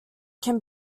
can